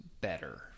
better